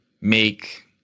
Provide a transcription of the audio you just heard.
make